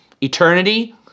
eternity